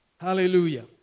Hallelujah